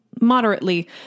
moderately